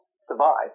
survive